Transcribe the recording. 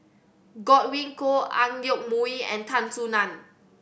Godwin Koay Ang Yoke Mooi and Tan Soo Nan